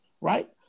right